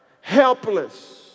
helpless